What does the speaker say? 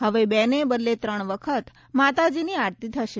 હવે બે ને બદલે ત્રણ વખત માતાજીની આરતી થશે